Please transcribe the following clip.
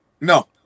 No